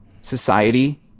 society